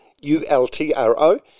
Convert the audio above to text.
U-L-T-R-O